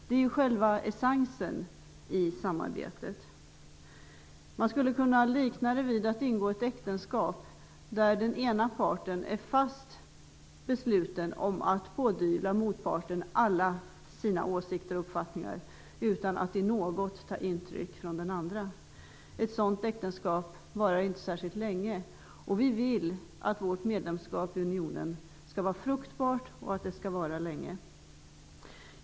Det är själva essensen i samarbetet. Man skulle kunna likna det vid att ingå ett äktenskap där den ena parten är fast besluten om att pådyvla motparten alla sina åsikter och uppfattningar utan att i något ta intryck av den andra. Ett sådant äktenskap varar inte särskilt länge, och vi vill att vårt medlemskap i Europeiska unionen skall vara fruktbart och att det skall vara länge.